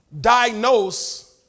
diagnose